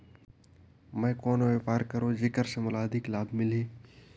मैं कौन व्यापार करो जेकर से मोला अधिक लाभ मिलही?